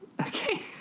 Okay